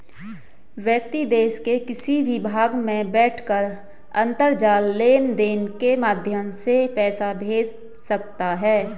व्यक्ति देश के किसी भी भाग में बैठकर अंतरजाल लेनदेन के माध्यम से पैसा भेज सकता है